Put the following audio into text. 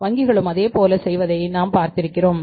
வங்கிகளும் அதேபோல செய்வதை நாம் பார்த்திருக்கிறோம்